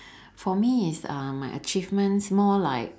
for me is uh my achievements more like